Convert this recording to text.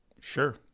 Sure